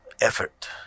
effort